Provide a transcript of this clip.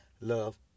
love